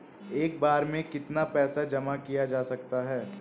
एक बार में कितना पैसा जमा किया जा सकता है?